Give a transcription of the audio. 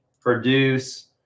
produce